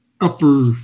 upper